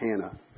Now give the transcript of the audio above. Hannah